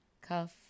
Cuff